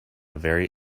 very